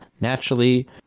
naturally